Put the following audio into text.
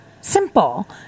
Simple